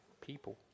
people